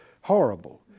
Horrible